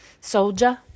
Soldier